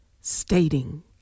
stating